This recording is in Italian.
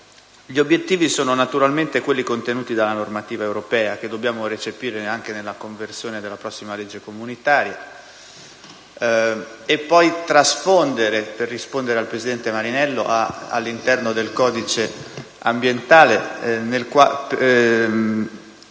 Gli obiettivi sono naturalmente quelli contenuti nella normativa europea, che dobbiamo recepire anche con l'approvazione della prossima legge comunitaria e trasfondere - e rispondo al senatore Marinello - all'interno del codice ambientale, passaggio